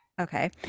okay